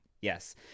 Yes